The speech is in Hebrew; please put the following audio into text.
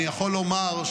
אני יכול לומר,